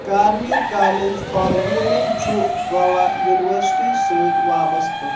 Carmel college for women چھُ Goa university سۭتۍ وابسطہٕ